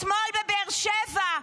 אתמול בבאר שבע,